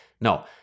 No